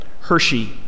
Hershey